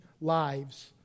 lives